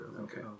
Okay